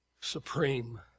supreme